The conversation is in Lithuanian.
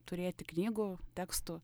turėti knygų tekstų